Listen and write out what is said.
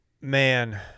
Man